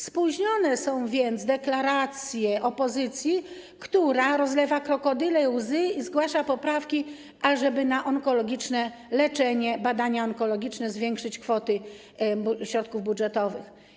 Spóźnione są więc deklaracje opozycji, która wylewa krokodyle łzy i zgłasza poprawki, ażeby na onkologiczne leczenie, badania onkologiczne zwiększyć kwoty środków budżetowych.